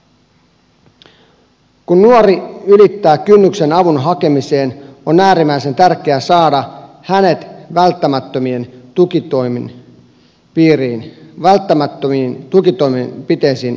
kun nuori ylittää kynnyksen avun hakemiseen on äärimmäisen tärkeää saada hänet välttämättömien tukitoimenpiteiden piiriin välittömästi